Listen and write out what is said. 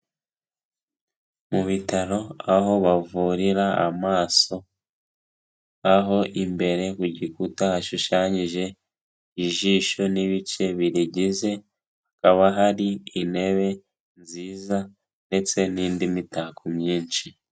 Mu bitaro aho bavurira amaso, aho imbere ku gikuta hashushanyije ijisho n'ibice birigize, hakaba hari intebe nziza ndetse n'indi mitako myinshi.